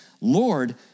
Lord